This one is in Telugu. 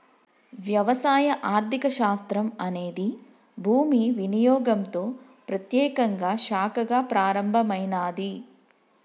వ్యవసాయ ఆర్థిక శాస్త్రం అనేది భూమి వినియోగంతో ప్రత్యేకంగా శాఖగా ప్రారంభమైనాది